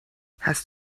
hast